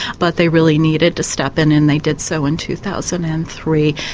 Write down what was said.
but they really needed to step in, and they did so in two thousand and three.